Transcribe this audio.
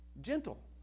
Gentle